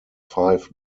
five